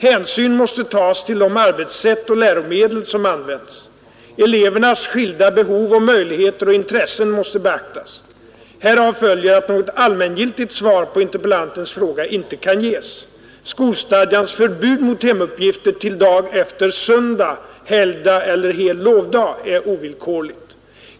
Hänsyn måste tas till de arbetssätt och läromedel som används. Elevernas skilda behov, möjligheter och intressen måste beaktas. Härav följer att något allmängiltigt svar på interpellantens fråga inte kan ges. Skolstadgans förbud mot hemuppgifter till dag efter söndag, helgdag eller hel lovdag är ovillkorligt.